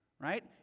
Right